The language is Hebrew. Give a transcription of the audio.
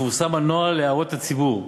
יפורסם הנוהל להערות הציבור.